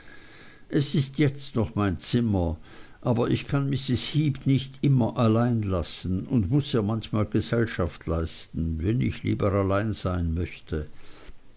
es ist jetzt noch mein zimmer aber ich kann mrs heep nicht immer allein lassen und muß ihr manchmal gesellschaft leisten wenn ich lieber allein sein möchte